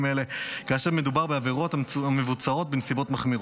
אלה כאשר מדובר בעבירות המבוצעות בנסיבות מחמירות.